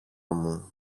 μου